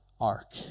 ark